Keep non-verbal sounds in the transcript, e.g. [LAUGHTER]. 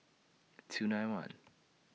[NOISE] two nine one